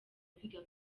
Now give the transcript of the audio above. kwiga